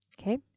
Okay